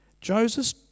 Joseph